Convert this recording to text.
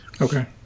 okay